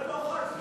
זה לא חד-צדדי.